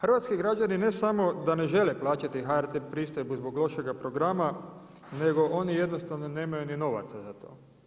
Hrvatski građani ne samo da ne žele plaćati HRT pristojbu zbog lošeg programa nego oni jednostavno nemaju ni novaca za to.